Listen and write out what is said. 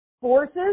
forces